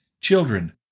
Children